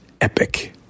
epic